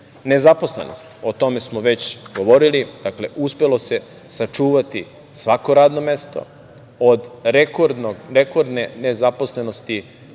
30,9%.Nezaposlenost, o tome smo već govorili. Dakle, uspelo se sačuvati svako radno mesto od rekordne nezaposlenosti